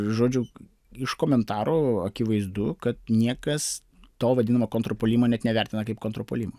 žodžiu iš komentarų akivaizdu kad niekas to vadinamo kontrpuolimo net nevertina kaip kontrpuolimo